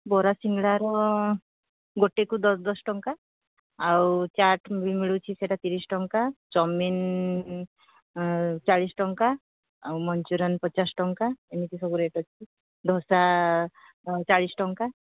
ବରା ସିଙ୍ଗଡ଼ାର ଗୋଟେକୁ ଦଶ ଦଶ ଟଙ୍କା ଆଉ ଚାଟ୍ ବି ମିଳୁଛି ସେଟା ତିରିଶ ଟଙ୍କା ଚାଉମିନ୍ ଚାଳିଶ ଟଙ୍କା ଆଉ ମଞ୍ଚୁରିଆନ୍ ପଚାଶ ଟଙ୍କା ଏମିତି ସବୁ ରେଟ୍ ଅଛି ଦୋସା ଚାଳିଶି ଟଙ୍କା